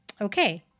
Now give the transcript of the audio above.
Okay